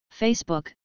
Facebook